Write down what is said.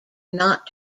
not